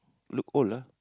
look old ah